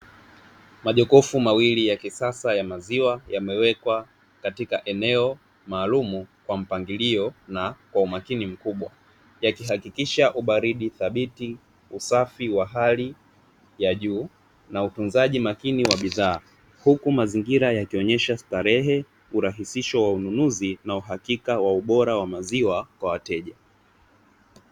Majokofu mawili ya kisasa ya maziwa yamewekwa katika eneo maalumu kwa mpangilio na kwa umakini mkubwa yakihakikisha ubaridi thabiti, usafi wa hali ya juu na utunzaji makini wa bidhaa huku mazingira yakionyesha starehe, urahisisho wa ununuzi na uhakika wa ubora wa maziwa kwa wateja.